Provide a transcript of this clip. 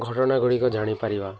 ଘଟଣା ଗୁଡ଼ିକ ଜାଣିପାରିବା